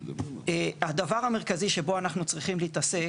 הדבר המרכזי שבו אנחנו צריכים להתעסק